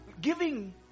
Giving